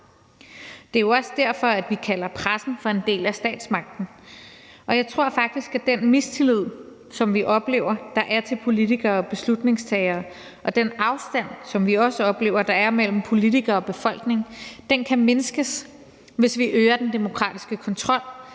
Det er jo også derfor, at vi kalder pressen for en del af statsmagten. Jeg tror faktisk, at den mistillid, som vi oplever at der er til politikere og beslutningstagere, og den afstand, som vi også oplever at der er mellem politikere og befolkning, kan mindskes, hvis vi øger den demokratiske kontrol,